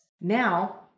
Now